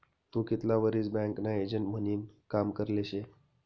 तू कितला वरीस बँकना एजंट म्हनीन काम करेल शे?